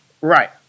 Right